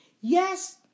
Yes